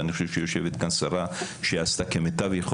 אני חושב שיושבת כאן שרה שעשתה באמת